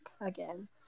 again